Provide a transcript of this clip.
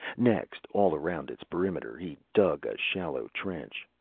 next, all around its perimeter, he dug a shallow trench.